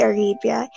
Arabia